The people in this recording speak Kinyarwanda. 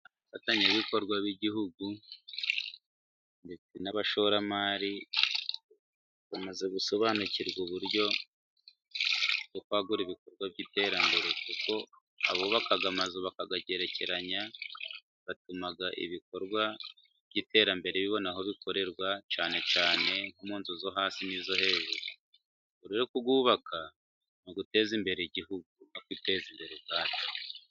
Abafatanyabikorwa b'igihugu ndetse n'abashoramari, bamaze gusobanukirwa uburyo bwo kwagura ibikorwa by'iterambere, kuko abubaka amazu bakayagerekeranya, batuma ibikorwa by'iterambere bibona aho bikorerwa cyane cyane mu nzu zo hasi n'izo hejuru. Ubwo rero kurwubaka ni uguteza imbere igihugu no kwiteza imbere ubwacu.